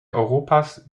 europas